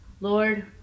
Lord